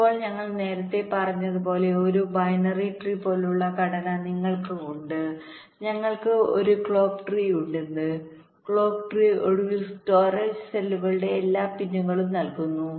ഇപ്പോൾ ഞങ്ങൾ നേരത്തെ പറഞ്ഞതുപോലെ ഒരു ബൈനറി ട്രീപോലുള്ള ഘടന നിങ്ങൾക്ക് ഉണ്ട് ഞങ്ങൾക്ക് ഒരു ക്ലോക്ക് ട്രീ ഉണ്ടെന്ന് ക്ലോക്ക് ട്രീ ഒടുവിൽ സ്റ്റോറേജ് സെല്ലുകളുടെ എല്ലാ പിന്നുകളും നൽകുന്നു